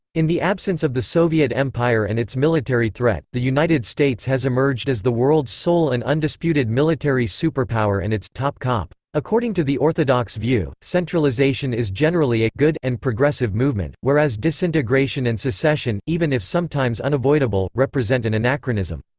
in the absence of the soviet empire and its military threat, the united states has emerged as the world's sole and undisputed military superpower and its top cop. according to the orthodox view, centralization is generally a good and progressive movement, whereas disintegration and secession, even if sometimes unavoidable, represent an anachronism.